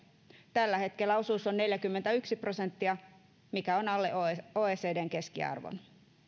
tällä hetkellä osuus on neljäkymmentäyksi prosenttia mikä on alle oecdn keskiarvon